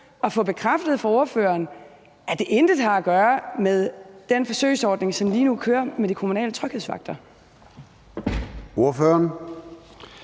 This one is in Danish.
og få bekræftet fra ordføreren, at det intet har at gøre med den forsøgsordning, som lige nu kører, med de kommunale tryghedsvagter. Kl.